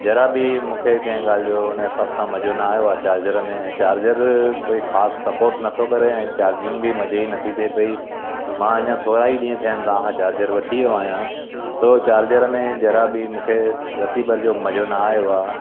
जरा बि मूंखे कंहिं ॻाल्हि जो हुन जे हिसाब सां मज़ो न आयो आहे चार्जर में चार्जर कोई ख़ासि सपोट नथो करे ऐं चार्जिंग बि मज़े जी नथी थे पई मां अञा थोरा ई ॾींहं थिया आहिनि तव्हां खां चार्जर वठी वियो आहियां सो चार्जर में ज़रा बि मूंखे रती भर जो मज़ो न आयो आहे